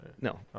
No